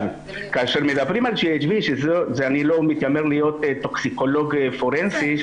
כאשר מדברים על GHB ואני לא מתיימר להיות טוקסיקולוג פורנזי,